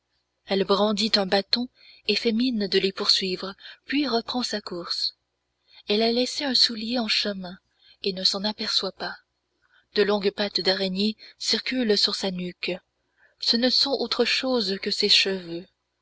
elle brandit un bâton et fait mine de les poursuivre puis reprend sa course elle a laissé un soulier en chemin et ne s'en aperçoit pas de longues pattes d'araignée circulent sur sa nuque ce ne sont autre chose que ses cheveux